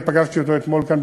פגשתי אותו אתמול כאן,